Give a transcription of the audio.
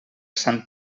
sant